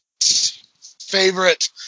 favorite